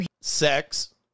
Sex